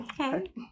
Okay